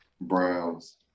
browns